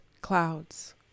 clouds